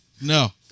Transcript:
no